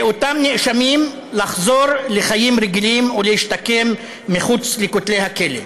לאותם נאשמים לחזור לחיים רגילים ולהשתקם מחוץ לכותלי הכלא.